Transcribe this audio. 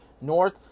North